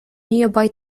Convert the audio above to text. nearby